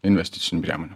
investicinių priemonių